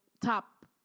top